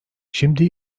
şimdi